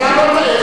אבל הוא